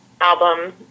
album